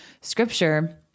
scripture